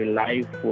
life